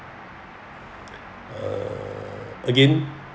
err again